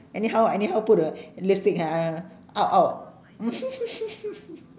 anyhow anyhow put the lipstick ha